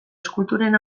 eskulturen